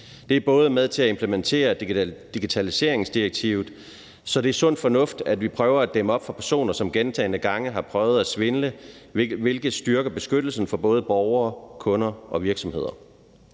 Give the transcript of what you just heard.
Det er også med til at implementere digitaliseringsdirektivet. Det er sund fornuft, at vi prøver at dæmme op for personer, som gentagne gange har prøvet at svindle, hvilket styrker beskyttelsen for både borgere, kunder og virksomheder.